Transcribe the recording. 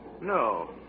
No